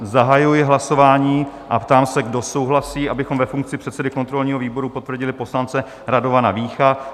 Zahajuji hlasování a ptám se, kdo souhlasí, abychom ve funkci předsedy kontrolního výboru potvrdili poslance Radovana Vícha?